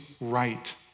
right